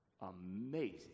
Amazing